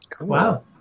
Wow